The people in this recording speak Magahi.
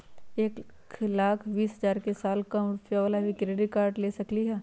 एक लाख बीस हजार के साल कम रुपयावाला भी क्रेडिट कार्ड ले सकली ह?